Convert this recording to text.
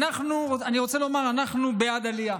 אני רוצה לומר שאנחנו בעד עלייה.